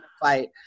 fight